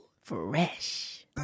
Fresh